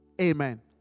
Amen